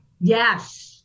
Yes